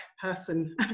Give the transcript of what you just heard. person